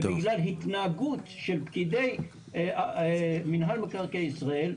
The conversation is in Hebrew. ובגלל התנהגות של פקידי מנהל מקרקעי ישראל,